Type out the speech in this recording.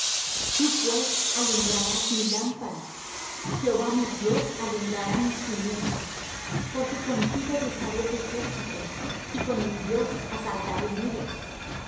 tú pues alumbrarás mi lámpara jehová mi dios alumbrará mis tinieblas porque contigo desharé ejércitos y con mi dios asaltaré muros dios